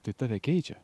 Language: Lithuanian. tai tave keičia